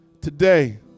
Today